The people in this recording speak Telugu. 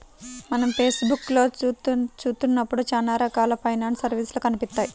మనం ఫేస్ బుక్కులో చూత్తన్నప్పుడు చానా రకాల ఫైనాన్స్ సర్వీసులు కనిపిత్తాయి